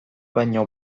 baino